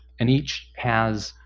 and each has